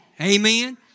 Amen